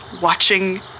watching